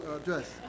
address